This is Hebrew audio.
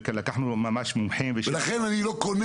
ולקחנו ממש מומחים- -- לכן אני לא קונה